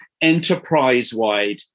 enterprise-wide